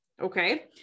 Okay